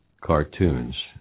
cartoons